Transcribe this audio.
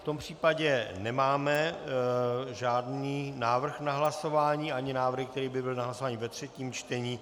V tom případě nemáme žádný návrh na hlasování ani návrh, který by byl na hlasování ve třetím čtení.